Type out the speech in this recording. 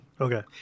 Okay